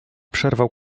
przerwał